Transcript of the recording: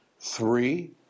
Three